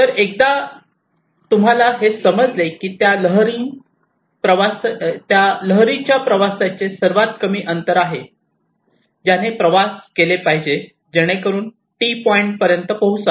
तर एकदा तुम्हाला हे समजले की त्या लहरीच्या प्रवासाचे सर्वात कमी अंतर आहे ज्याने प्रवास केले पाहिजे जेणेकरून टी पॉइंट पर्यंत पोहोचावे